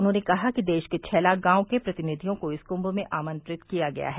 उन्होंने कहा कि देश के छह लाख गांवों के प्रतिनिधियों को इस कुंभ में आमंत्रित किया गया है